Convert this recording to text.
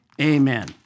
Amen